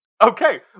Okay